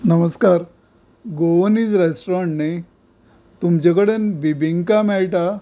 नमस्कार Goanese restaurant न्ही तुमचे कडेन बिबिंका मेळटा